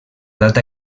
data